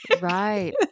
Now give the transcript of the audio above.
Right